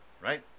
right